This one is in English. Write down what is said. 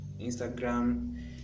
Instagram